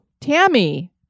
Tammy